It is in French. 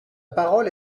parole